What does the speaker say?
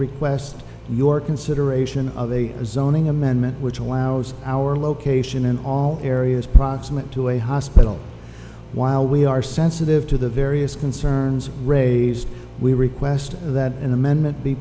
request your consideration of a zoning amendment which allows our location in all areas proximate to a hospital while we are sensitive to the various concerns raised we request that an amendment